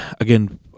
Again